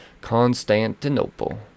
Constantinople